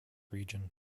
region